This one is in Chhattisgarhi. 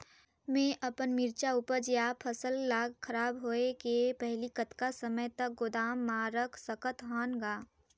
मैं अपन मिरचा ऊपज या फसल ला खराब होय के पहेली कतका समय तक गोदाम म रख सकथ हान ग?